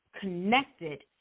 connected